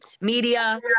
media